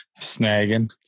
Snagging